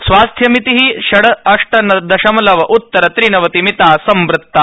स्वास्थ्यमितिः षड्अष्ट दशमलव उत्तर त्रिनवतिमिता संवृत्ता